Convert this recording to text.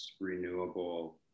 renewable